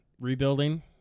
rebuilding